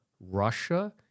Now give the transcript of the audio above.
Russia